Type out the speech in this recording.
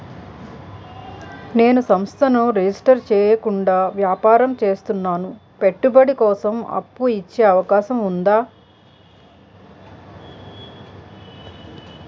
నేను సంస్థను రిజిస్టర్ చేయకుండా వ్యాపారం చేస్తున్నాను పెట్టుబడి కోసం అప్పు ఇచ్చే అవకాశం ఉందా?